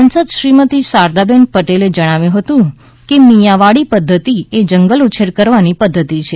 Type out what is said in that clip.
સાંસદ શ્રીમતી શારદાબેન પટેલે જણાવ્યું હતું કે મિયાવાડી પધ્ધતિએ જંગલ ઉછેર કરવાની પધ્ધતિ છે